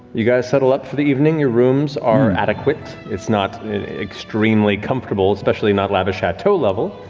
you guys settle up for the evening. your rooms are adequate. it's not extremely comfortable, especially not lavish chateau level,